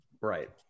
Right